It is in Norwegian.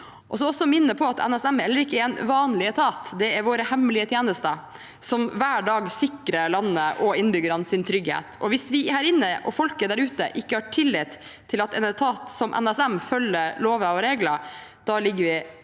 Jeg vil også minne om at NSM heller ikke er en vanlig etat. Det er våre hemmelige tjenester som hver dag sikrer landet og innbyggernes trygghet. Hvis vi her inne og folket der ute ikke har tillit til at en etat som NSM følger lover og regler, ligger vi